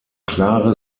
klare